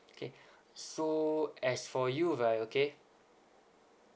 okay so as for you right okay